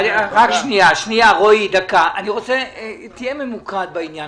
רק שנייה, רועי, תהיה ממוקד בעניין.